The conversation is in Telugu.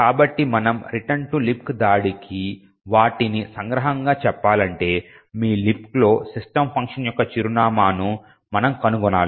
కాబట్టి మనము రిటర్న్ టు లిబ్క్ దాడికి వాటిని సంగ్రహంగా చెప్పాలంటే మీ లిబ్క్లో system ఫంక్షన్ యొక్క చిరునామాను మనము కనుగొనాలి